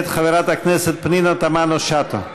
מאת חברת הכנסת פנינה תמנו-שטה.